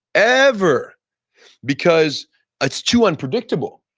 ever because it's too unpredictable.